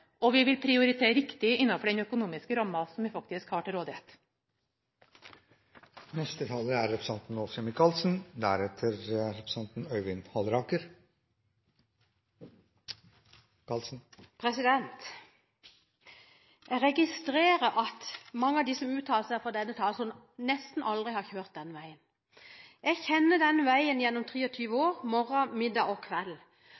og vi vil prioritere riktig innenfor den økonomiske rammen som vi faktisk har til rådighet. Jeg registrerer at mange av dem som uttaler seg fra denne talerstolen, nesten aldri har kjørt denne veien. Jeg kjenner denne veien gjennom 23 år morgen, middag og kveld. Når noen klarer å